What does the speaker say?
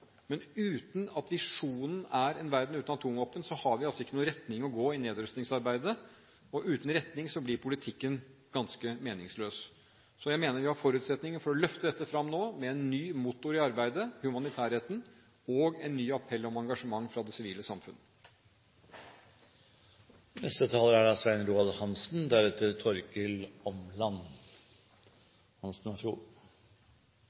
Men uten at visjonen er en verden uten atomvåpen, har vi altså ikke noen retning å gå i nedrustningsarbeidet – og uten retning blir politikken ganske meningsløs. Så jeg mener vi har forutsetninger for å løfte dette fram nå med en ny motor i arbeidet, humanitærretten, og en ny appell om engasjement fra det sivile